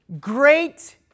great